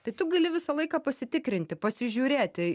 tai tu gali visą laiką pasitikrinti pasižiūrėti